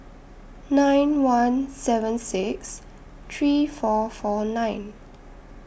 nine one seven six three four four nine